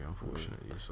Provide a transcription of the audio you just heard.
unfortunately